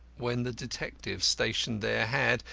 when the detectives stationed there had,